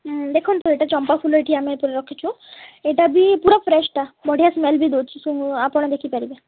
ଦେଖନ୍ତୁ ଏଇଟା ଚମ୍ପା ଫୁଲ ଏଇଠି ଆମେ ଏଥିରେ ରଖିଛୁ ଏଇଟା ବି ପୁରା ଫ୍ରେସ୍ଟା ବଢ଼ିଆ ସ୍ମେଲ୍ ବି ଦେଉଛି ସବୁ ଆପଣ ଦେଖିପାରିବେ